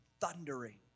thundering